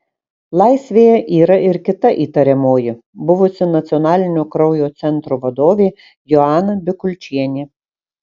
laisvėje yra ir kita įtariamoji buvusi nacionalinio kraujo centro vadovė joana bikulčienė